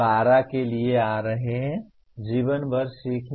PO12 के लिए आ रहा है जीवन भर सीखने